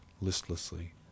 listlessly